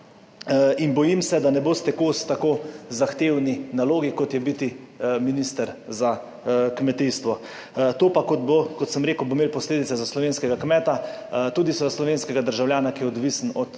in bojim se, da ne boste kos tako zahtevni nalogi kot je biti minister za kmetijstvo. To pa kot bo, kot sem rekel, bo imelo posledice za slovenskega kmeta tudi za slovenskega državljana, ki je odvisen od